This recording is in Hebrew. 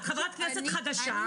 את חברת כנסת חדשה,